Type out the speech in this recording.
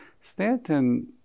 Stanton